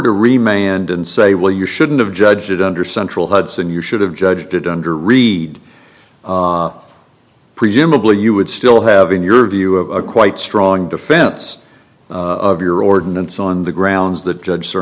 to remain and and say well you shouldn't have judge it under central hudson you should have judged it under read presumably you would still have in your view of a quite strong defense of your ordinance on the grounds that judge